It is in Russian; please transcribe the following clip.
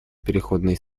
переходный